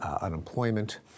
unemployment